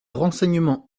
renseignements